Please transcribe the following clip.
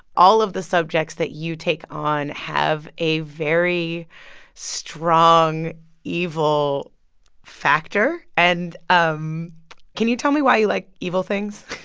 all of the subjects that you take on have a very strong evil factor. and um can you tell me why you like evil things?